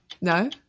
No